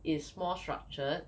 is more structured